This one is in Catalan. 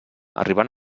arribant